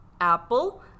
Apple